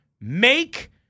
Make